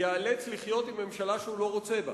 ייאלץ לחיות עם ממשלה שהוא לא רוצה בה.